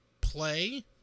play